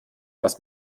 dass